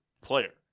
player